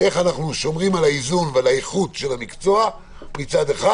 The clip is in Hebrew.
איך אנחנו שומרים על האיזון ועל האיכות של המקצוע מצד אחד